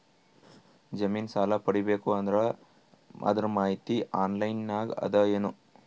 ಜಮಿನ ಸಾಲಾ ಪಡಿಬೇಕು ಅಂದ್ರ ಅದರ ಮಾಹಿತಿ ಆನ್ಲೈನ್ ನಾಗ ಅದ ಏನು?